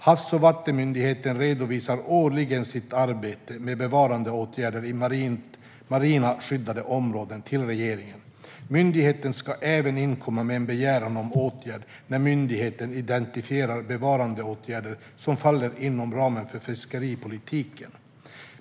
Havs och vattenmyndigheten redovisar årligen sitt arbete med bevarandeåtgärder i marina skyddade områden till regeringen. Myndigheten ska även inkomma med en begäran om åtgärd när myndigheten identifierat bevarandeåtgärder som faller inom ramen för fiskeripolitiken.